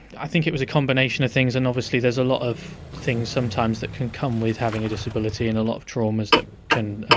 i think it was a combination of things and obviously there's a lot of things, sometimes, that can come with having a disability and a lot of traumas that can